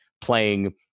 playing